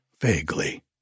vaguely